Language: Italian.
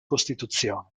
costituzione